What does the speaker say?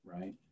right